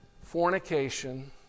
fornication